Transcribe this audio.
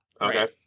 Okay